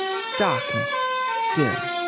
darkness still.